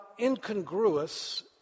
incongruous